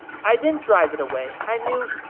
i didn't drive it away. i knew,